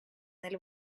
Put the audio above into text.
nel